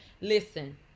listen